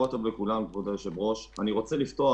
אני מייצג